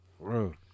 bro